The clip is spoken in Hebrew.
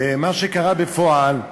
ומה שקרה בפועל,